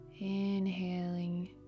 Inhaling